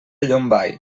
llombai